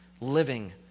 living